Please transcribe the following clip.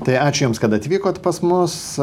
tai ačiū jums kad atvykot pas mus